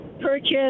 purchase